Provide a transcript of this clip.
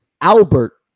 Albert